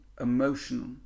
emotional